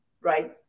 right